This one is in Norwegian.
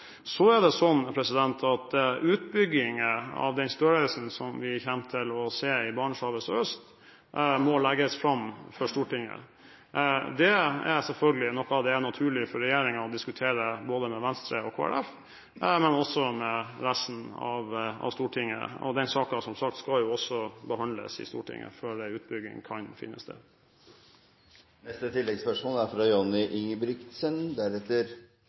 Så er det sånn at utbygging av den størrelsen som vi kommer til å se i Barentshavet sørøst, må legges fram for Stortinget. Det er selvfølgelig noe av det som det er naturlig for regjeringen å diskutere med både Venstre og Kristelig folkeparti, men også med resten av Stortinget. Den saken skal – som sagt – behandles i Stortinget før utbygging kan finne